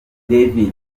david